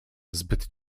zbyt